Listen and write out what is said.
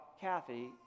Kathy